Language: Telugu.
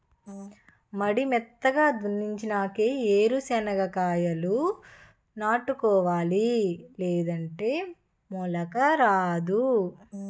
మడి మెత్తగా దున్నునాకే ఏరు సెనక్కాయాలు నాటుకోవాలి లేదంటే మొలక రాదు